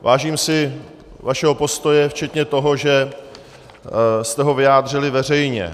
Vážím si vašeho postoje včetně toho, že jste ho vyjádřili veřejně.